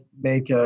make